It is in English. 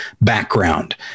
background